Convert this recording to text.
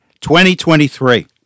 2023